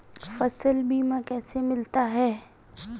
फसल बीमा कैसे मिलता है?